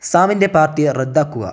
സാമിൻ്റെ party റദ്ദാക്കുക